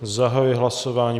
Zahajuji hlasování.